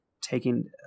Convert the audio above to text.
taking